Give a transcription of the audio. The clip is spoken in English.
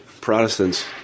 Protestants